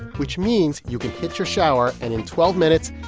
which means you can hit your shower and, in twelve minutes,